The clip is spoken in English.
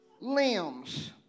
limbs